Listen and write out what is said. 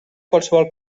qualsevol